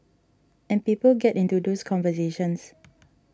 and people get into those conversations